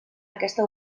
aquesta